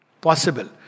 Possible